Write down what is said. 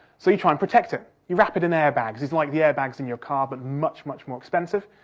so you try and protect it. you wrap it in airbags, it's like the airbags in your car but much, much more expensive.